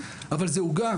אבל זה עוגה,